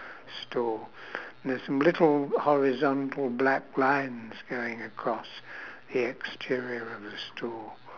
store there's some little horizontal black lines going across the exterior of the store